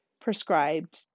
prescribed